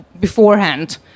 beforehand